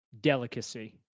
delicacy